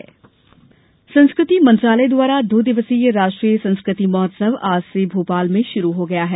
संस्कृति महोत्सव संस्कृति मंत्रालय द्वारा दो दिवसीय राष्ट्रीय संस्कृति महोत्सव आज से भोपाल में शुरू हो गया है